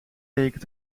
weken